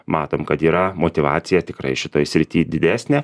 matom kad yra motyvacija tikrai šitoj srity didesnė